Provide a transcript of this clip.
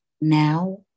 now